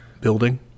building